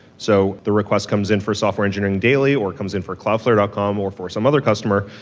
so the request comes in for software engineering daily or comes in for cloudflare dot com or for some other customer,